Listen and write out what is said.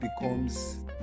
becomes